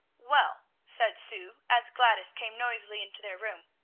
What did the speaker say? well, said sue, as gladys came noisily into their room,